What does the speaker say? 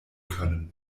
können